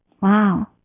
Wow